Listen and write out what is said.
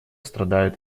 страдают